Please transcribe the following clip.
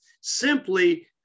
simply